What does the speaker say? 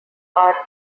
are